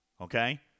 Okay